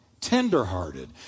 tenderhearted